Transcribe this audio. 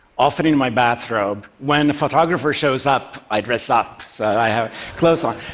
often in my bathrobe. when a photographer shows up, i dress up, so i have clothes on.